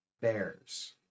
Bears